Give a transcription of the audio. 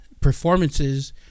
performances